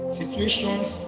situations